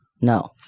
No